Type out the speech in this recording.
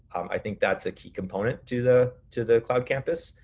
i think that's a key component to the to the cloud campus,